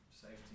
Safety